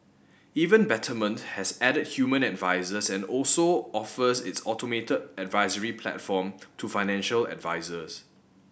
even Betterment has added human advisers and also offers its automated advisory platform to financial advisers